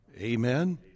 Amen